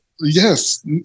Yes